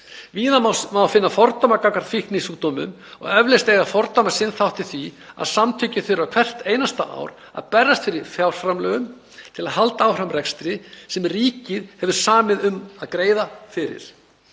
Víða má finna fordóma gagnvart fíknisjúkdómum og eflaust eiga fordómar sinn þátt í því að samtökin þurfa hvert einasta ár að berjast fyrir fjárframlögum til að halda áfram rekstri sem ríkið hefur samið um að greiða fyrir.